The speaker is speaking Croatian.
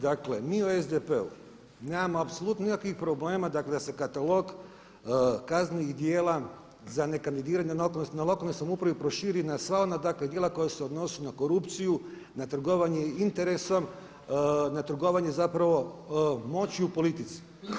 Dakle mi u SDP-u nemamo apsolutno nikakvih problema dakle da se katalog kaznenih djela za nekandidiranje na lokalnoj samoupravi proširi na sva ona dakle djela koja se odnose na korupciji, na trgovanje interesom, na trgovanje zapravo moči i u politici.